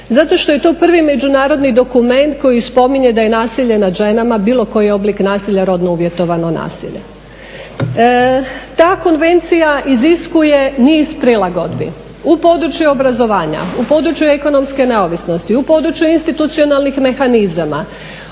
Zato što je to prvi međunarodni dokument koji spominje da je nasilje nad ženama, bilo koji oblik nasilja rodno uvjetovano nasilje. Ta konvencija iziskuje niz prilagodbi u području obrazovanja, u području ekonomske neovisnosti, u području institucionalnih mehanizama,